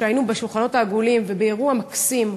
כשהיינו בשולחנות העגולים באירוע מקסים,